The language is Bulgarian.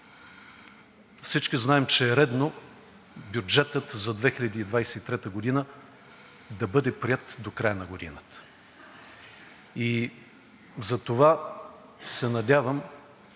Всички знаем, че е редно бюджетът за 2023 г. да бъде приет до края на годината и затова се надявам